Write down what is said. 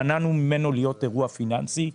ומנענו ממנו להיות אירוע פיננסי,